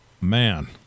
Man